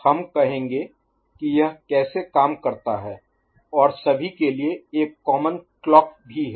हम कहेंगे कि यह कैसे काम करता है और सभी के लिए एक कॉमन क्लॉक भी है